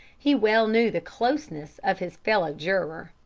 he well knew the closeness of his fellow juror.